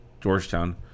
Georgetown